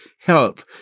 help